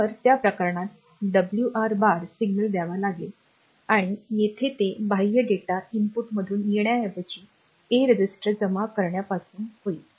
तर त्या प्रकरणात डब्ल्यूआर बार सिग्नल द्यावा लागेल आणि येथे ते बाह्य डेटा इनपुटमधून येण्याऐवजी A रजिस्टर जमा करणार्यापासुन होईल